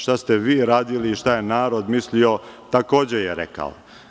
Šta ste vi radili i šta je narod mislio, takođe je rekao.